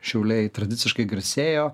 šiauliai tradiciškai garsėjo